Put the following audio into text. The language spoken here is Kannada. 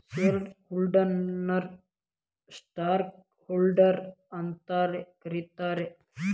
ಶೇರ್ ಹೋಲ್ಡರ್ನ ನ ಸ್ಟಾಕ್ ಹೋಲ್ಡರ್ ಅಂತಾನೂ ಕರೇತಾರ